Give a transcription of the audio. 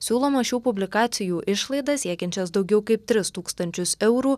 siūloma šių publikacijų išlaidas siekiančias daugiau kaip tris tūkstančius eurų